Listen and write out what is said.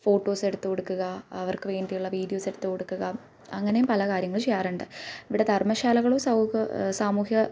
photos എടുത്തു കൊടുക്കുക അവർക്കു വേണ്ടിയുള്ള വീഡിയോസ് എടുത്തു കൊടുക്കുക അങ്ങനെയും പല കാര്യങ്ങൾ ചെയ്യാറുണ്ട് ഇവിടെ ധർമ്മശാലകളും സൗക സാമൂഹ്യ